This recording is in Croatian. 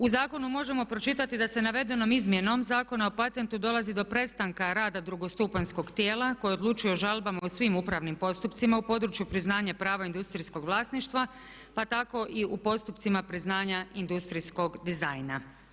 U zakonu možemo pročitati da se navedenom Izmjenom zakona o patentu dolazi do prestanka rada drugostupanjskog tijela koje odlučuje o žalbama u svim upravnim postupcima u području priznanja prava industrijskog vlasništva pa tako i u postupcima priznanja industrijskog dizajna.